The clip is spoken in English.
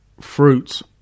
fruits